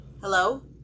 Hello